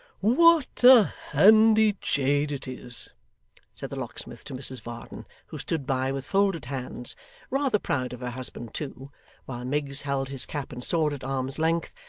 what a handy jade it is said the locksmith to mrs varden, who stood by with folded hands rather proud of her husband too while miggs held his cap and sword at arm's length,